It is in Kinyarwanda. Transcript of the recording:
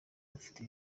bafite